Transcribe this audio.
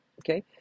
Okay